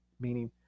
meaning